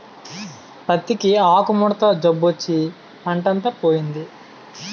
పత్తికి ఆకుముడత జబ్బొచ్చి పంటంతా పోయింది